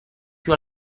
più